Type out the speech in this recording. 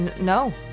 no